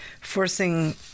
forcing